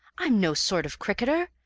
i'm no sort of cricketer.